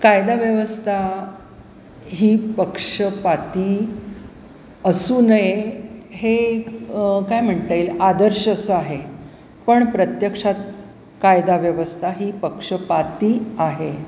कायदाव्यवस्था ही पक्षपाती असू नये हे काय म्हटाईल आदर्श असं आहे पण प्रत्यक्षात कायदाव्यवस्था ही पक्षपाती आहे